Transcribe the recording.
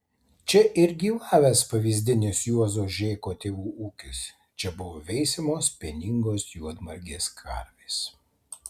čia ir gyvavęs pavyzdinis juozo žėko tėvų ūkis čia buvo veisiamos pieningos juodmargės karvės